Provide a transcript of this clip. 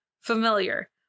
familiar